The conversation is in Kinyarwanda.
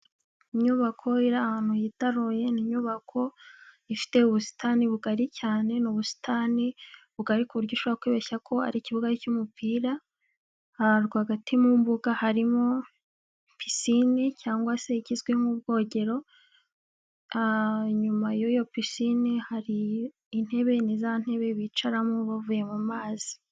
Inyubako iri ahantu yitaruye, ni inyubako ifite ubusitani bugari cyane, ni ubusitani bugari ku buryo ushobora kwibeshya ko ari ikibuga cy'umupira, aha rwagati mu mbuga harimo pisine cyangwa se ikizwi nk'ubwogero, a inyuma y'iyo pisine hari intebe ni za ntebe bicaramo bavuye mu mazi.